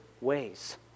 ways